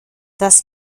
dass